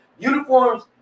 Uniforms